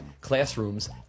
classrooms